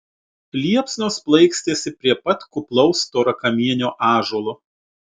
liepsnos plaikstėsi prie pat kuplaus storakamienio ąžuolo